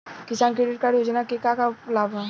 किसान credit card योजना के का का लाभ ह?